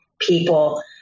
people